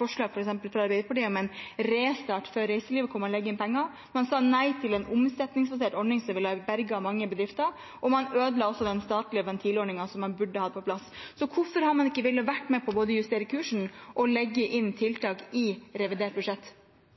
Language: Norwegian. forslaget, f.eks. fra Arbeiderpartiet, om en restart for reiselivet, hvor man legger inn penger. Man sa nei til en omsetningsbasert ordning, som ville berget mange bedrifter. Man ødela også den statlige ventilordningen, som man burde hatt på plass. Hvorfor vil man ikke være med på både å justere kursen og å legge inn tiltak i revidert budsjett?